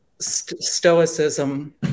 Stoicism